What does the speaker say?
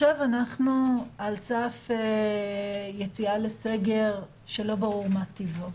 אנחנו על סף יציאה לסגר שלא ברור מה טיבו.